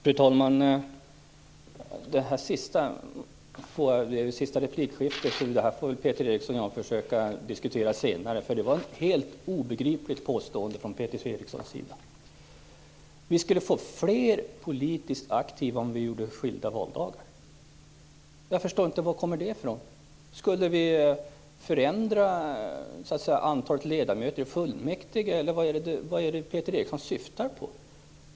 Fru talman! Det sista Peter Eriksson sade i sin replik var ett helt obegripligt påstående. Vi skulle få fler politiskt aktiva om vi hade skilda valdagar, säger han. Jag förstår inte varifrån det kommer. Skulle vi ändra antalet ledamöter i fullmäktige, eller vad är det Peter Eriksson syftar på?